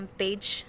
page